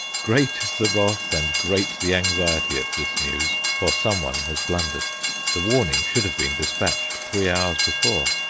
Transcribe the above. great is the wrath and great the anxiety at this news, for some one has blundered the warning should have been despatched three hours before.